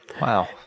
Wow